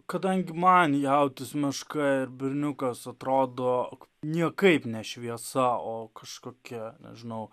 kadangi man jautis meška ir berniukas atrodo niekaip ne šviesa o kažkokia nežinau